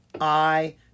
I